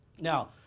Now